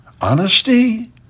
honesty